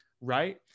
right